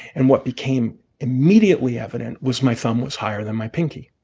and what became immediately evident was my thumb was higher than my pinky.